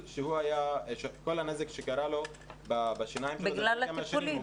כל הנזק שקרה לו בשיניים שלו --- בגלל הטיפולים.